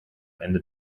ende